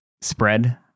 spread